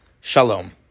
Shalom